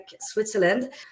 Switzerland